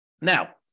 Now